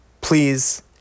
Please